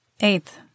Eighth